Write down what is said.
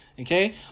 Okay